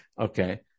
Okay